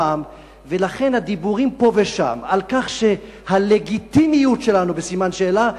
ולכן הדיבורים פה ושם על כך שהלגיטימיות שלנו בסימן שאלה,